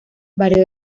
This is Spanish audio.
varios